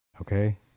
Okay